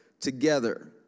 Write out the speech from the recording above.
together